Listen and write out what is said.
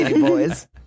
boys